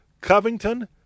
covington